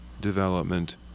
development